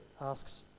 asks